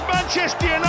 Manchester